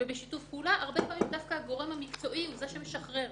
הרבה פעמים הגורם המקצועי הוא זה שמשחרר,